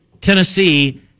Tennessee